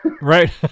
right